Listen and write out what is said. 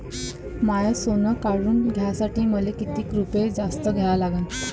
माय सोनं काढून घ्यासाठी मले कितीक रुपये जास्त द्या लागन?